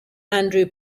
andrew